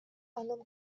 анын